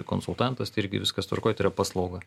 konsultantas tai irgi viskas tvarkoj tai yra paslauga